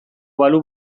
balu